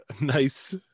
Nice